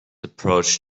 approach